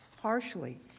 harshly.